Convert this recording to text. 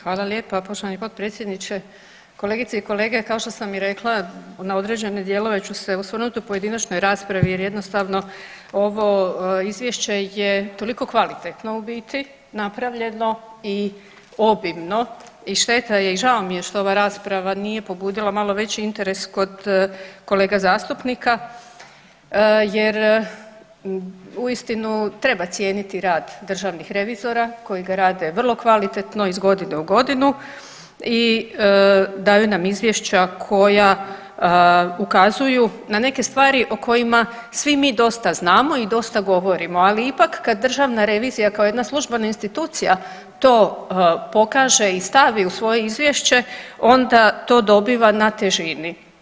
Hvala lijepa, poštovani potpredsjedniče, kolegice i kolege, kao što sam i rekla Na određene dijelove ću se osvrnuti u pojedinačnoj raspravi, jer jednostavno ovo izvješće je toliko kvalitetno u biti napravljeno i obimno i šteta je i žao mi je što ova rasprava nije pobudila malo veći interes kod kolega zastupnika, jer uistinu treba cijeniti rad Državnih revizora koji ga rade vrlo kvalitetno iz godine u godinu i daju nam izvješća koja ukazuju na neke stvari o kojima svi mi dosta znamo i dosta govorimo, ali ipak kad Državna revizija kao jedna službena institucija to pokaže i stavi u svoje izvješće onda to dobiva na težini.